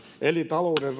eli